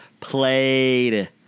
played